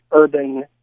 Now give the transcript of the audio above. urban